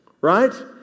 Right